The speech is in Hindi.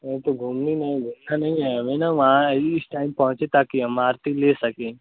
अरे तो घूमनी नहीं व्यवस्था नहीं है अभी न वहाँ इस टाइम पहुँचें ताकि हम आरती ले सकें